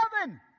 heaven